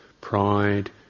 pride